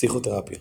פסיכותרפיה